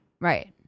Right